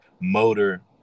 motor